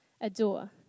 Adore